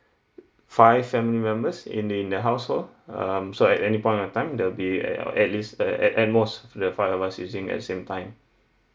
five family members in the in the household um so at any point of time there'll be at uh at least uh at at most the five of us using at the same time